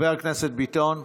חבר הכנסת ביטון,